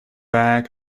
bag